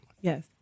Yes